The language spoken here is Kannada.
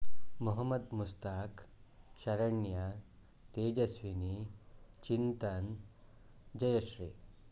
ಮೊಹಮ್ಮದ್ ಮುಸ್ತಾಕ್ ಶರಣ್ಯಾ ತೇಜಸ್ವಿನಿ ಚಿಂತನ್ ಜಯಶ್ರೀ